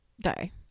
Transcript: die